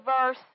verse